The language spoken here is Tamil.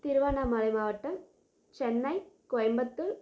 திருவண்ணாமலை மாவட்டம் சென்னை கோயம்புத்தூர்